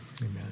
Amen